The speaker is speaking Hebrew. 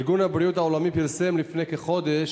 ארגון הבריאות העולמי פרסם לפני כחודש